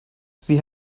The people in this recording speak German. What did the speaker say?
sie